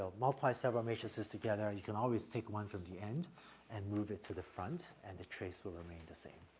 ah multiply several matrices together you can always take one from the end and move it to the front and the trace will remain the same.